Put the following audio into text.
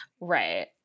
right